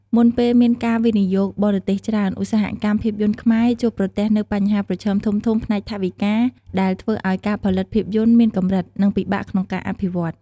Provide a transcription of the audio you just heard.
មុនពេលមានការវិនិយោគបរទេសច្រើន ឧស្សាហកម្មភាពយន្តខ្មែរជួបប្រទះនូវបញ្ហាប្រឈមធំៗផ្នែកថវិកា ដែលធ្វើឱ្យការផលិតភាពយន្តមានកម្រិត និងពិបាកក្នុងការអភិវឌ្ឍ។